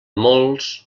molts